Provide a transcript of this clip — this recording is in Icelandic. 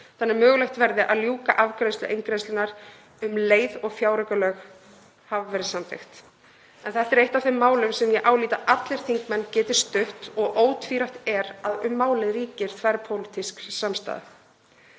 þannig að mögulegt verði að ljúka afgreiðslu eingreiðslunnar um leið og fjáraukalög hafa verið samþykkt. Þetta er eitt af þeim málum sem ég álít að allir þingmenn geti stutt og ótvírætt er að um málið ríkir þverpólitísk samstaða.